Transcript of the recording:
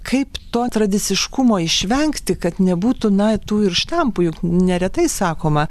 kaip to tradiciškumo išvengti kad nebūtų na tų ir štampų juk neretai sakoma